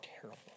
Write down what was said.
terrible